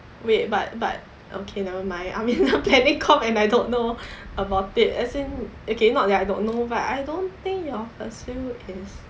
wait but but okay never mind I mean I'm planning comm and and I don't know about it as in okay not that I don't know but I don't think your facil is